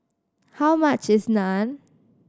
how much is Naan